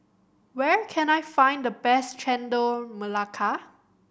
where can I find the best Chendol Melaka